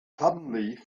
suddenly